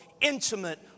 intimate